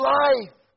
life